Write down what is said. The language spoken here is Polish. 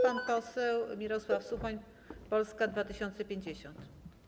Pan poseł Mirosław Suchoń, Polska 2050.